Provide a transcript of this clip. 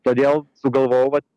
todėl sugalvojau vat